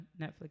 Netflix